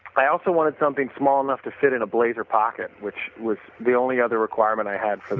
i also wanted something small enough to fit in a blazer pocket which was the only other requirement i had